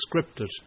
scripted